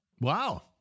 Wow